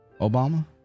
Obama